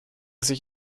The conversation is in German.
sich